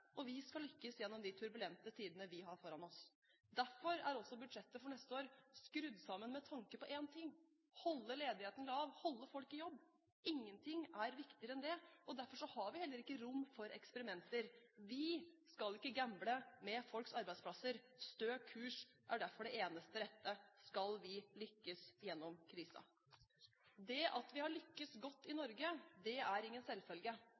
og vi skal lykkes gjennom de turbulente tidene vi har foran oss. Derfor er også budsjettet for neste år skrudd sammen med tanke på én ting: å holde ledigheten lav, holde folk i jobb. Ingenting er viktigere enn det. Derfor har vi heller ikke rom for eksperimenter. Vi skal ikke gamble med folks arbeidsplasser. Stø kurs er derfor det eneste rette skal vi lykkes gjennom krisen. Det at vi har lyktes godt i Norge, er ingen selvfølge.